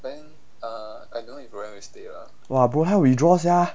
!wah! bro 她 withdraw sia